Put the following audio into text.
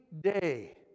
day